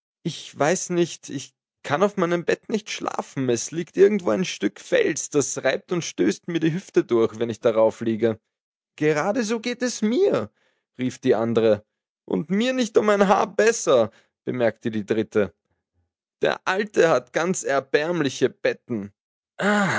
ich weiß nicht ich kann auf meinem bette nicht schlafen es liegt irgendwo ein stück felsen das reibt und stößt mir die hüfte durch wenn ich darauf liege geradeso geht es mir rief die andere und mir nicht um ein haar besser bemerkte die dritte der alte hat ganz erbärmliche betten